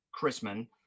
chrisman